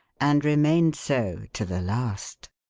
and remained so to the last.